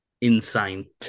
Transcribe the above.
insane